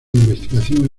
investigación